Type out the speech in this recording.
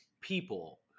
people